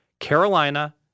Carolina